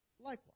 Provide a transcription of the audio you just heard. likewise